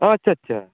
ᱟᱪᱪᱷᱟ ᱟᱪᱪᱷᱟ